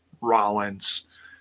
Rollins